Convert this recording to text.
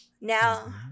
Now